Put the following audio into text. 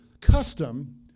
custom